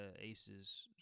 Aces